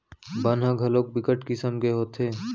बन ह घलोक बिकट किसम के होथे